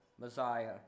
Messiah